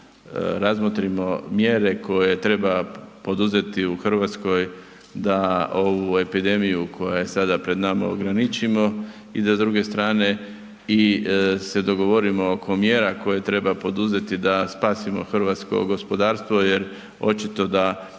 razmotrimo mjere koje treba poduzeti u Hrvatskoj da ovu epidemiju koja je sada pred nama, ograničimo i da s druge strane i se dogovorimo oko mjera koje treba poduzeti da spasimo hrvatsko gospodarstvo jer očito da